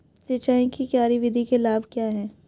सिंचाई की क्यारी विधि के लाभ क्या हैं?